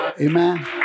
Amen